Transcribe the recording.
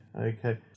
Okay